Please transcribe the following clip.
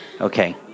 Okay